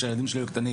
כשהילדים שלי היו קטנים